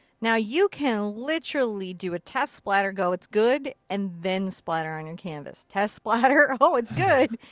now, you can literally do a test splatter, go it's good, and then splatter on your canvas. test splatter. oh, it's good!